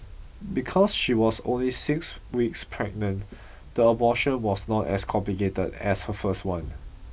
because she was only six weeks pregnant the abortion was not as complicated as her first one